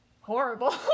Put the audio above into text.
horrible